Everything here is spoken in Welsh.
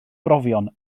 brofion